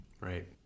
Right